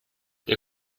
der